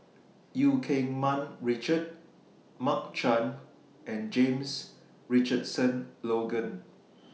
EU Keng Mun Richard Mark Chan and James Richardson Logan